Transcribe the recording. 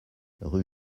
rue